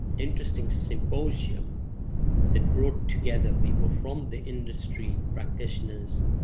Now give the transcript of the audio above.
interesting symposium that brought together people from the industry, practitioners,